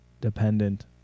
dependent